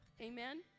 amen